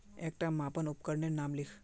एकटा मापन उपकरनेर नाम लिख?